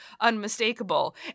unmistakable